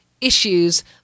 issues